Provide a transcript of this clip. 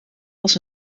als